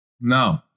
No